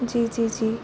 जी जी जी